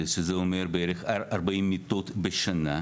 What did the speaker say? שזה אומר בערך 40 מיטות בשנה.